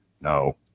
No